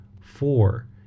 Four